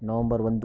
November ಒಂದು